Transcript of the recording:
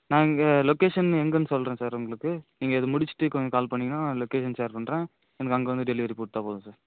நான் இங்கே லொக்கேஷன் எங்கேன்னு சொல்லுறேன் சார் உங்களுக்கு நீங்கள் இது முடிச்சிவிட்டு கொஞ்சம் கால் பண்ணீங்கன்னா லொக்கேஷன் ஷேர் பண்ணுறேன் எனக்கு அங்கே வந்து டெலிவரி கொடுத்தா போதும் சார்